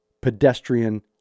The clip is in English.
pedestrian